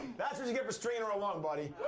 that's what you get for stringing her along, buddy.